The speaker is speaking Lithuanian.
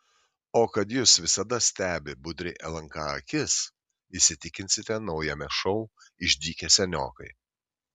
o kad jus visada stebi budri lnk akis įsitikinsite naujame šou išdykę seniokai